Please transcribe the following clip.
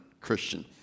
Christian